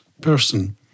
person